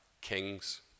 kings